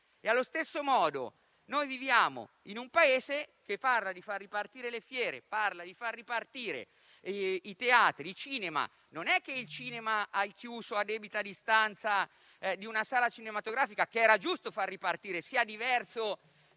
Allo stesso modo, viviamo in un Paese che parla di far ripartire le fiere, i teatri e cinema, ma non è che il cinema al chiuso, a debita distanza, in una sala cinematografica, che era giusto far ripartire, sia diverso